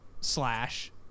slash